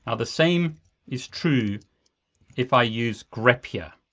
ah the same is true if i use grep here.